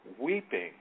weeping